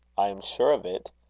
i am sure of it.